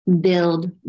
Build